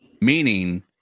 meaning